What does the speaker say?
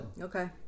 Okay